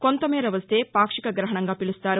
కొంతమేర వస్తే పాక్షిక గ్రహణంగా పిలుస్తారు